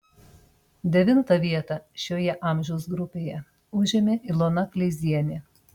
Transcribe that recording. devintą vietą šioje amžiaus grupėje užėmė ilona kleizienė